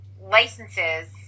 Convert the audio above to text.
licenses